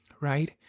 right